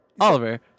Oliver